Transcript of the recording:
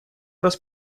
раз